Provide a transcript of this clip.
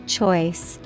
Choice